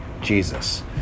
Jesus